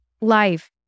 life